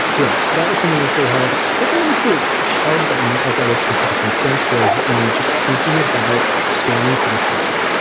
yeah, that was something that was pretty hard something which was hard, but not like at a specific instance was just thinking about scaling for the future.